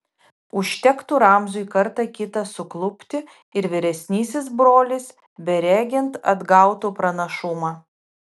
užtektų ramziui kartą kitą suklupti ir vyresnysis brolis beregint atgautų pranašumą